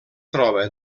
troba